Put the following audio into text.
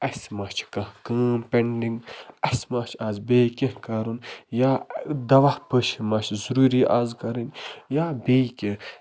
اَسہِ مَہ چھِ کانٛہہ کٲم پٮ۪نٛڈِنٛگ اَسہِ مَہ چھِ آز بیٚیہِ کیٚنٛہہ کَرُن یا دَوا پٲشی مَہ چھِ ضروٗری آز کَرٕنۍ یا بیٚیہِ کیٚنٛہہ